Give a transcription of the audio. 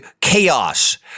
chaos